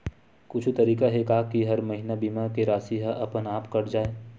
कुछु तरीका हे का कि हर महीना बीमा के राशि हा अपन आप कत जाय?